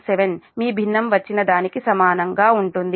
7 మీ భిన్నం వచ్చిన దానికి సమానంగా ఉంటుంది